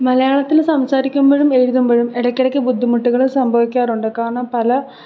മലയാളത്തിൽ സംസാരിക്കുമ്പോഴും എഴുതുമ്പോഴും ഇടയ്ക്ക് ഇടയ്കൊക്കെ ബുദ്ധിമുട്ടുകൾ സംഭവിക്കാറുണ്ട് കാരണം പല